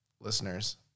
Listeners